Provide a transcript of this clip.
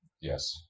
Yes